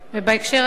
ובהקשר הזה,